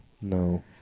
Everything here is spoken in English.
No